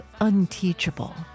unteachable